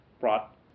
brought